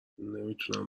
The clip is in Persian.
نمیتونم